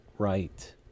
Right